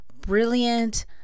brilliant